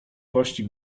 pościg